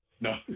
No